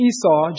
Esau